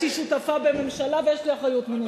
יש לך את הפרוטוקול מהממשלה?